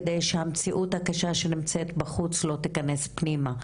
כדי שהמציאות הקשה שנמצאת בחוץ לא תיכנס פנימה,